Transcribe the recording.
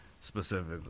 specifically